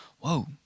Whoa